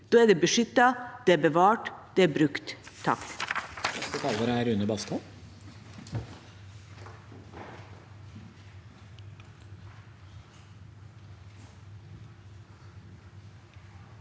Da er det beskyttet, det er bevart, og det er brukt. Une